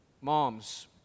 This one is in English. Moms